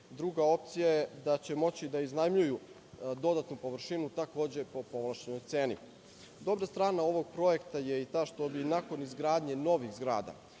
Druga opcija je da će moći da iznajmljuju dodatnu površinu, takođe po povlašćenoj ceni. Dobra strana ovog projekta je i ta što bi nakon izgradnje novih zgrada